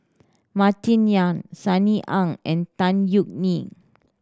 Martin Yan Sunny Ang and Tan Yeok Nee